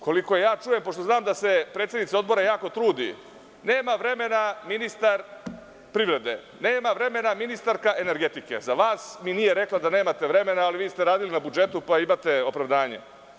Koliko ja čujem, pošto znam da se predsednika Odbora jako trudi, nema vremena ministar privrede, nema vremena ministarka energetike, za vas mi nije rekla da nemate vremena, ali vi ste radili na budžetu, pa imate opravdanje.